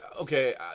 okay